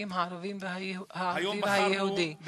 המגזרים הערבי והיהודי.) היום בחרנו,